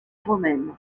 romaine